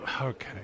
Okay